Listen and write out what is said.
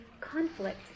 conflict